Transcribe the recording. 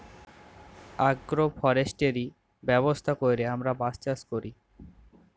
agro forestry ব্যবস্থা ক্যইরে আমরা বাঁশ চাষ ক্যরি